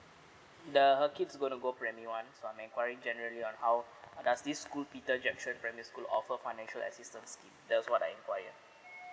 the her kid's going to primary one so I'm inquiring generally on how does this school peter jackson primary school offer financial assistance scheme that also what I enquire